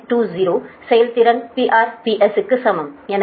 20 செயல்திறன் PRPS க்கு சமம் எனவே 2037